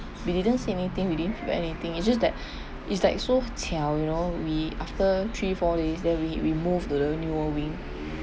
we didn't see anything we didn't feel anything it's just that it's like so 巧 you know we after three four days than we we move to the newer wing